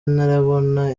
ntarabona